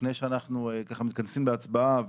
לפני שאנחנו מתכנסים להצבעה,